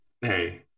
Hey